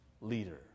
leader